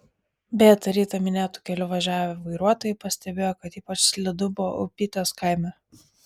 beje tą rytą minėtu keliu važiavę vairuotojai pastebėjo kad ypač slidu buvo upytės kaime